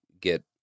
get